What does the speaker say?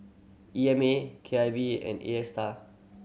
E M A K I V and Astar